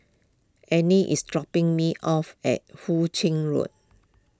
Anie is dropping me off at Hu Ching Road